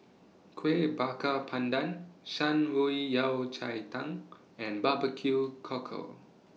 Kuih Bakar Pandan Shan Rui Yao Cai Tang and Barbecue Cockle